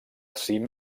cim